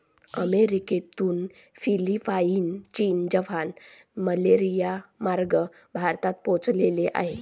अमेरिकेतून फिलिपाईन, चीन, जपान, मलेशियामार्गे भारतात पोहोचले आहे